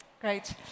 Great